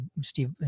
Steve